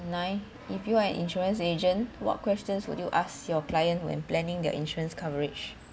nine if you are insurance agent what questions would you ask your client when planning their insurance coverage